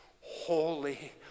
holy